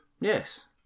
Yes